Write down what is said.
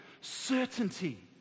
certainty